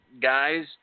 guys